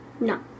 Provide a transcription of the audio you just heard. No